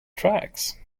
tracks